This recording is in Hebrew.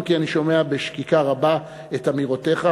אם כי אני שומע בשקיקה רבה את אמירותיך,